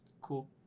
Cool